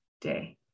day